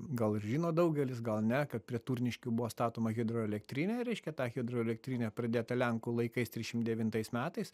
gal ir žino daugelis gal ne kad prie turniškių buvo statoma hidroelektrinė reiškia ta hidroelektrinė pradėta lenkų laikais trisšim devintais metais